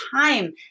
time